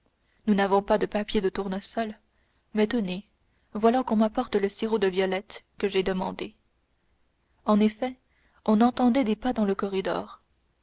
nous n'avons pas de papier de tournesol mais tenez voilà qu'on apporte le sirop de violettes que j'ai demandé en effet on entendait des pas dans le corridor